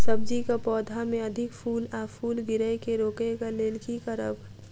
सब्जी कऽ पौधा मे अधिक फूल आ फूल गिरय केँ रोकय कऽ लेल की करब?